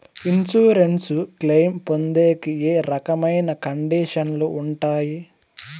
Insurance claim పొందేకి ఏ రకమైన కండిషన్లు ఉంటాయి?